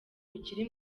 bikiri